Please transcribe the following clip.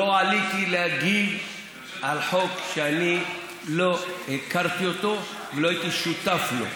לא עליתי להגיב על חוק שאני לא הכרתי ולא הייתי שותף לו.